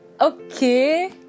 okay